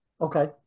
Okay